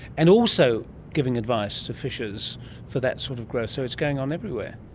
and also giving advice to fishers for that sort of growth. so it's going on everywhere.